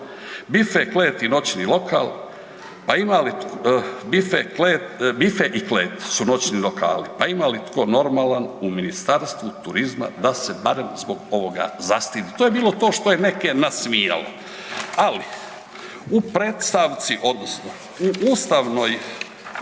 i klet su noćni lokali? Pa ima li tko normalan u Ministarstvu turizma da se barem zbog ovoga zastidi? To je bilo to što je neke nasmijalo. Ali u predstavci odnosno u ustavnoj